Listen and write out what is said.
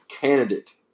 candidate